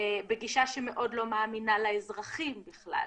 בגישה שמאוד לא מאמינה לאזרחים בכלל.